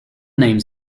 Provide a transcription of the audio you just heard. names